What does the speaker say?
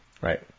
Right